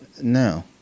no